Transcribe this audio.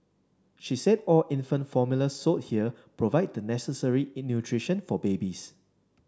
she said all infant formula sold here provide the necessary in nutrition for babies